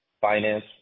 finance